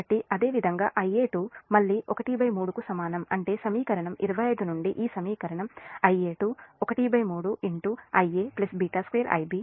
కాబట్టి అదేవిధంగా Ia2 మళ్ళీ 13 కు సమానం అంటే సమీకరణం 25 నుండి ఈ సమీకరణం Ia2 13 Ia β2 Ib β Ic